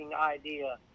idea